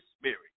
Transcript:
Spirit